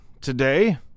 today